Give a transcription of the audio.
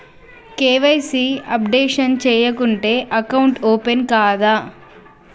KYC updation చేయకుంటే account open కాదా?